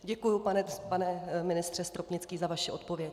Děkuji, pane ministře Stropnický, za vaši odpověď.